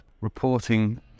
reporting